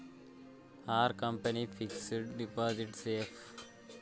Are company fixed deposit safe?